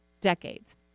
decades